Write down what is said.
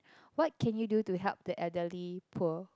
what can you do to help the elderly poor